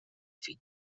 fin